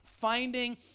finding